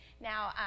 Now